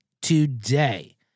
today